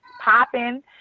popping